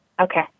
Okay